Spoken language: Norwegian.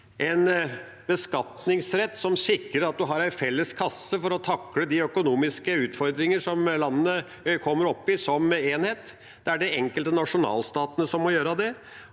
en beskatningsrett, som sikrer at en har en felles kasse for å takle de økonomiske utfordringer som landene kommer opp i som enhet. Det er de enkelte nasjonalstatene som må gjøre det.